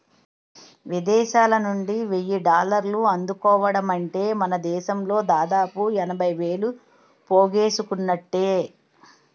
విదేశాలనుండి వెయ్యి డాలర్లు అందుకోవడమంటే మనదేశంలో దాదాపు ఎనభై వేలు పోగేసుకున్నట్టే